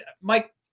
mike